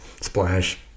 Splash